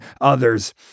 others